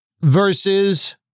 versus